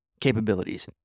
capabilities